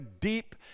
deep